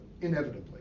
inevitably